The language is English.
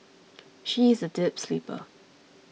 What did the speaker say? she is a deep sleeper